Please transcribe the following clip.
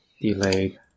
delayed